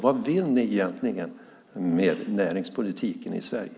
Vad vill ni egentligen med näringspolitiken i Sverige?